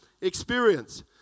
experience